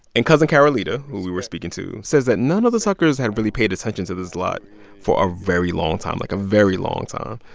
and cousin carolita, who we were speaking to, says that none of the tuckers had really paid attention to this lot for a very long time like, a very long time.